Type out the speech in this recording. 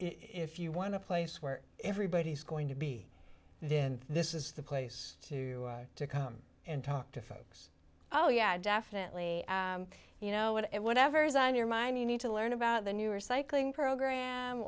if you want to place where everybody's going to be then this is the place to come and talk to folks oh yeah definitely you know it whatever's on your mind you need to learn about the new or cycling program